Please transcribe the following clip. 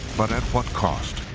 but at what cost?